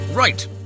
Right